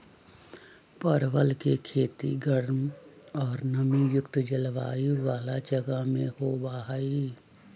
परवल के खेती गर्म और नमी युक्त जलवायु वाला जगह में होबा हई